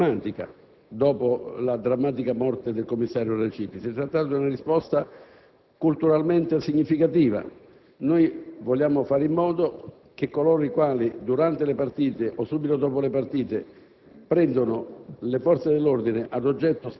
Si è trattato di una risposta non soltanto emblematica, dopo la drammatica morte del commissario Raciti; si è trattato di una risposta culturalmente significativa: vogliamo fare in modo che coloro i quali, durante le partite o subito dopo, prendono